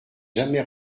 jamais